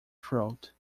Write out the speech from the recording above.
throat